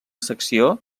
secció